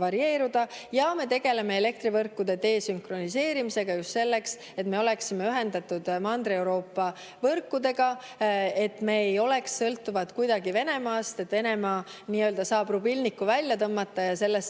varieeruda, ja me tegeleme elektrivõrkude desünkroniseerimisega just selleks, et me oleksime ühendatud Mandri‑Euroopa võrkudega ja et me ei sõltuks Venemaast, nii et Venemaa saaks rubilniku välja tõmmata ja meil